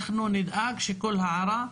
אנחנו נדאג שכל הערה,